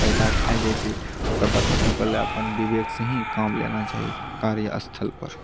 पैदा भए जाइत छै ओकर बाद सबसँ पहले अपन विवेकसँ ही काम लेना चाहिए कार्यस्थल पर